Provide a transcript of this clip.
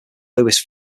lewis